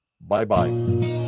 bye-bye